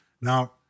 Now